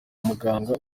muganga